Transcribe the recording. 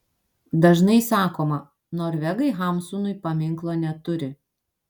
dažnai sakoma norvegai hamsunui paminklo neturi